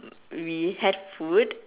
we had food